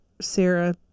Sarah